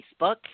Facebook